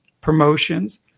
promotions